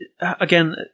again